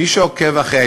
אבל התשובה מוכנה.